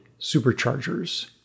superchargers